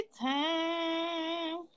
time